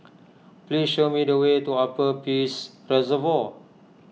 please show me the way to Upper Peirce Reservoir